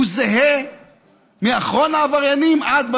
הוא זהה מאחרון העבריינים עד,